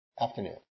afternoon